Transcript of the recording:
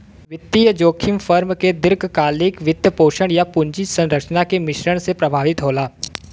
वित्तीय जोखिम फर्म के दीर्घकालिक वित्तपोषण, या पूंजी संरचना के मिश्रण से प्रभावित होला